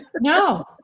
no